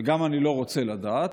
ואני גם לא רוצה לדעת,